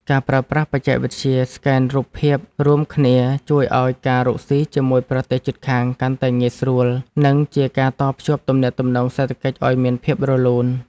ការប្រើប្រាស់បច្ចេកវិទ្យាស្កេនរូបភាពរួមគ្នាជួយឱ្យការរកស៊ីជាមួយប្រទេសជិតខាងកាន់តែងាយស្រួល និងជាការតភ្ជាប់ទំនាក់ទំនងសេដ្ឋកិច្ចឱ្យមានភាពរលូន។